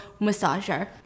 massager